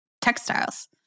textiles